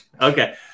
okay